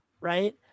right